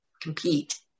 compete